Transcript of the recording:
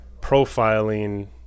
profiling